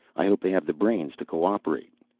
i hope they have the brains to co-operate.